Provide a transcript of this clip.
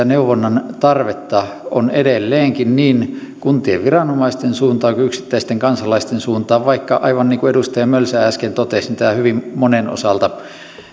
neuvonnan tarvetta on edelleenkin niin kuntien viranomaisten suuntaan kuin yksittäisten kansalaisten suuntaan vaikka aivan niin kuin edustaja mölsä äsken totesi tämä hyvin monen osalta